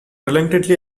reluctantly